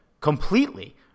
completely